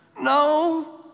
No